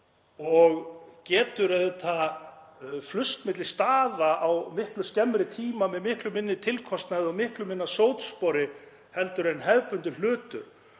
og getur auðveldlega flust milli staða á miklu skemmri tíma með miklu minni tilkostnaði og miklu minna sótspori heldur en hefðbundinn hlutur.